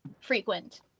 frequent